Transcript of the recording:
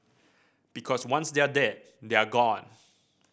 because once they're dead they're gone